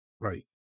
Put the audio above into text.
Right